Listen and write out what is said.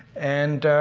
and.